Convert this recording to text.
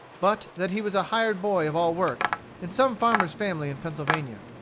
but that he was a hired boy of all work in some farmer's family in pennsylvania.